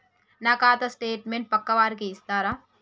నా ఖాతా స్టేట్మెంట్ పక్కా వారికి ఇస్తరా?